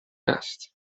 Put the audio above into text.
است